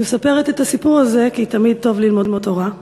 אני מספרת את הסיפור הזה כי תמיד טוב ללמוד תורה,